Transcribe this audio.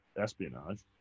espionage